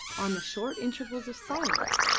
on the short intervals of silence,